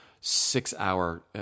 six-hour